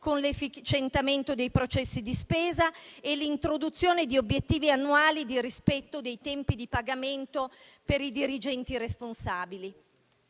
con l'efficientamento dei processi di spesa e l'introduzione di obiettivi annuali di rispetto dei tempi di pagamento per i dirigenti responsabili.